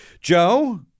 Joe